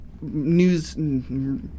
news